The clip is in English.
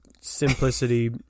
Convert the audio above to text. simplicity